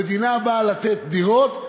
המדינה באה לתת דירות,